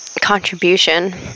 contribution